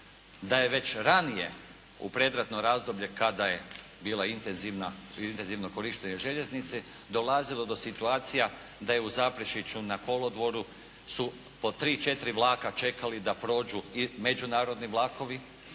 da je već ranije u predratno razdoblje kada je bilo intenzivno korištenje željeznice dolazilo do situacija da je u Zaprešiću na kolodvoru su po tri, četiri vlaka čekali da prođu i međunarodni vlakovi